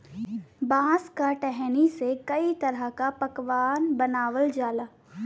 बांस क टहनी से कई तरह क पकवान बनावल जाला